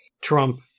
Trump –